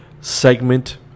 segment